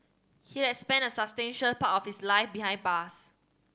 he had spent a substantial part of his life behind bars